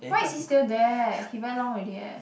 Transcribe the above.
why is he still there he very long already eh